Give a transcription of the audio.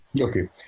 Okay